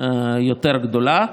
יותר גדולה.